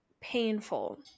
painful